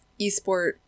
esport